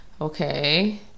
okay